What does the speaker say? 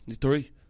Three